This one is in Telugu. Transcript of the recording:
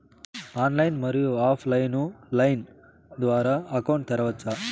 ఆన్లైన్, మరియు ఆఫ్ లైను లైన్ ద్వారా అకౌంట్ తెరవచ్చా?